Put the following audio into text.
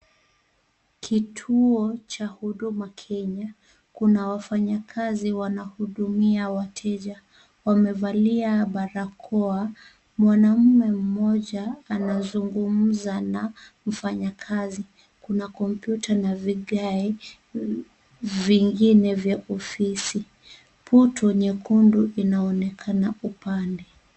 Kituo cha Huduma Kenya, kuna wafanyikazi wanahudumia wateja, wamevalia barakoa. Mwanaume mmoja anazungumza na mfanyakazi. Kuna kompyuta na vigae vingine vya ofisi. Portal nyekundu inaonekana upande.